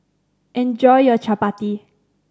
enjoy your chappati